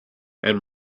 and